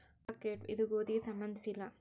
buckwheat ಇದು ಗೋಧಿಗೆ ಸಂಬಂಧಿಸಿಲ್ಲ